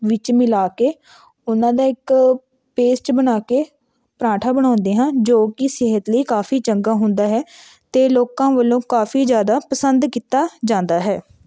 ਵਿੱਚ ਮਿਲਾ ਕੇ ਉਹਨਾਂ ਦਾ ਇੱਕ ਪੇਸਟ ਬਣਾ ਕੇ ਪਰਾਂਠਾ ਬਣਾਉਂਦੇ ਹਾਂ ਜੋ ਕਿ ਸਿਹਤ ਲਈ ਕਾਫੀ ਚੰਗਾ ਹੁੰਦਾ ਹੈ ਅਤੇ ਲੋਕਾਂ ਵੱਲੋਂ ਕਾਫੀ ਜ਼ਿਆਦਾ ਪਸੰਦ ਕੀਤਾ ਜਾਂਦਾ ਹੈ